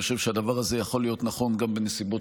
אני חושב שהדבר הזה יכול להיות נכון גם בנסיבות